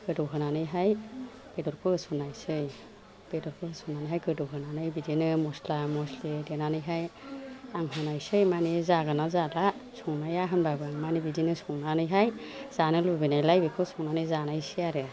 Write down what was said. गोदौ होनानैहाय बेदरखौ होसननायसै बेदरखौ होसननानैहाय गोदौ होनानै बिदिनो मस्ला मस्लि देनानैहाय आं होनायसै मानि जागोना जायाथाय संनाया होमबाबो आं मानि बिदिनो संनानैहाय जानो लुबैनायलाय बेखौ संनानै जानायसै आरो